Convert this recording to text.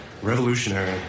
revolutionary